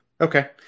okay